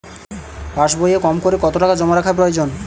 পাশবইয়ে কমকরে কত টাকা জমা রাখা প্রয়োজন?